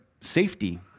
safety